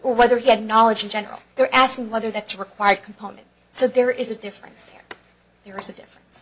whether he had knowledge in general they're asking whether that's required component so there is a difference there there is a difference